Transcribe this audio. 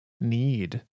need